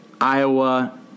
iowa